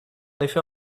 effet